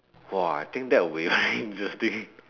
!wah! I think that will be very interesting